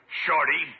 shorty